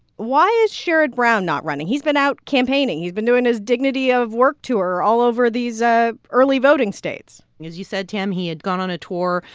why is sherrod brown not running? he's been out campaigning. he's been doing his dignity-of-work tour all over these ah early voting states as you said, tam, he had gone on a tour.